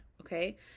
Okay